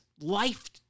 life